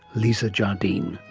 lisa jardine.